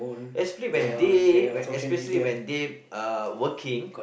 especially when they when especially when they uh working